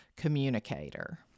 Communicator